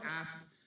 ask